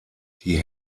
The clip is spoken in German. die